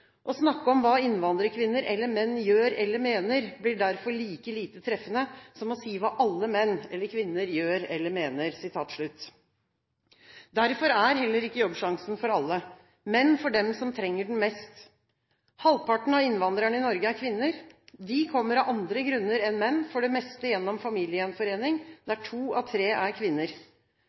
Å snakke om hva innvandrerkvinner eller –menn gjør eller mener, blir derfor like lite treffende som å si hva alle menn eller kvinner gjør eller mener.» Derfor er heller ikke Jobbsjansen for alle, men for dem som trenger den mest. Halvparten av innvandrerne i Norge er kvinner. De kommer av andre grunner enn menn, for det meste gjennom familiegjenforening, der to av tre er kvinner.